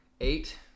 eight